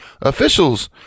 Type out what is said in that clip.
officials